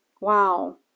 wow